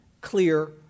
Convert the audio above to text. clear